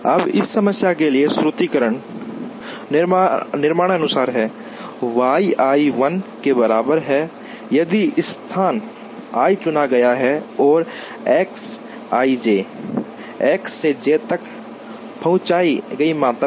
अब इस समस्या के लिए सूत्रीकरण निम्नानुसार है Y i 1 के बराबर है यदि स्थान i चुना गया है और X ij i से j तक पहुंचाई गई मात्रा है